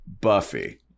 Buffy